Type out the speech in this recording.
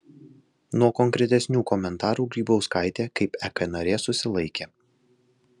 nuo konkretesnių komentarų grybauskaitė kaip ek narė susilaikė